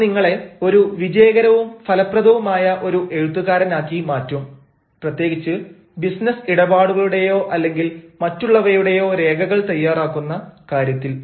അത് നിങ്ങളെ ഒരു വിജയകരവും ഫലപ്രദവുമായ ഒരു എഴുത്തുകാരനാക്കി മാറ്റും പ്രത്യേകിച്ച് ബിസിനസ് ഇടപാടുകളുടെയോ അല്ലെങ്കിൽ മറ്റുള്ളവയുടെയോ രേഖകൾ തയ്യാറാക്കുന്ന കാര്യത്തിൽ